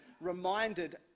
reminded